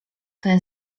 ten